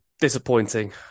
disappointing